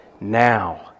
now